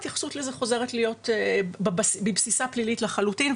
ההתייחסות לזה חוזרת להיות בבסיסה פלילית לחלוטין,